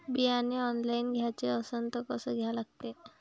बियाने ऑनलाइन घ्याचे असन त कसं घ्या लागते?